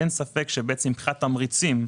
אין ספק שמבחינת תמריצים,